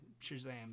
Shazam